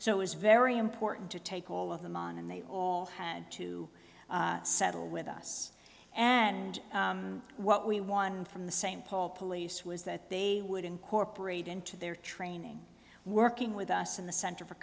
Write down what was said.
was very important to take all of them on and they all had to settle with us and what we won from the st paul police was that they would incorporate into their training working with us in the center for